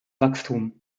wachstum